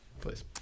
please